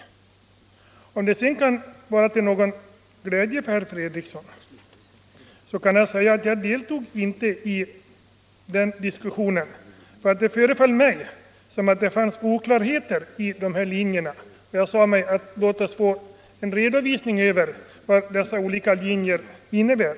Al Om det sedan kan vara till någon glädje för herr Fredriksson, kan jag nämna att jag inte deltog i den diskussionen, eftersom det föreföll mig som om det fanns oklarheter i linjerna. Jag sade: Låt oss få en redovisning av vad dessa linjer innebär.